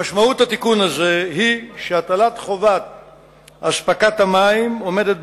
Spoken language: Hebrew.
משמעות התיקון הזה היא שהטלת חובת אספקת המים עומדת